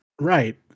right